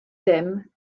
dim